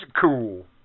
cool